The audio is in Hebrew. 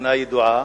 כתכונה ידועה,